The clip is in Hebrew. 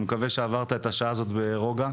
אני מקווה שעברת את השעה הזאת ברוגע.